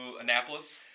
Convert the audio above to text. Annapolis